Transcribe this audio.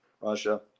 Russia